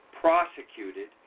prosecuted